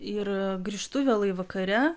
ir grįžtu vėlai vakare